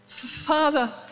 Father